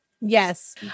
Yes